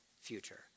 future